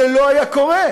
זה לא היה קורה.